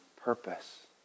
purpose